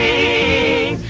a